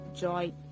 joy